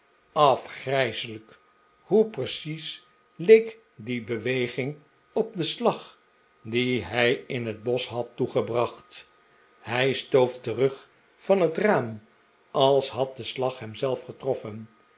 afgrijselijk hoe precies leek die beweging op den slag dien hij in het bosch had toegebracht hij stoof terug van het raam als had de slag hem zelf getroffen